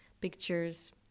pictures